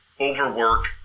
overwork